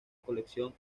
colección